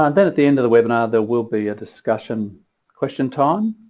um then at the end of the webinar there will be a discussion question time